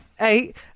eight